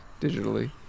digitally